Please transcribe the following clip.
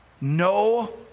No